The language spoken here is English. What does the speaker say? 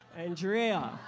Andrea